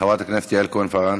חברת הכנסת יעל כהן-פארן,